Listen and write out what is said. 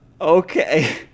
Okay